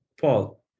Paul